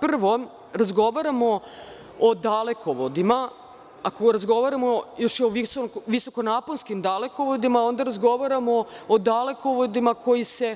Prvo, mi ovde razgovaramo o dalekovodima, ako još razgovaramo o visokonaponskim dalekovodima, onda razgovaramo o dalekovodima koji se